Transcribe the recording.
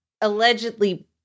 allegedly